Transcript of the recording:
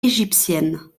égyptienne